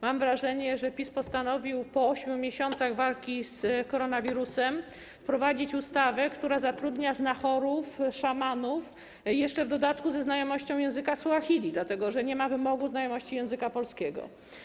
Mam wrażenie, że PiS postanowił po 8 miesiącach walki z koronawirusem wprowadzić ustawę, na podstawie której zatrudnia się znachorów, szamanów, jeszcze w dodatku ze znajomością języka suahili, dlatego że nie ma wymogu znajomości języka polskiego.